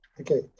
Okay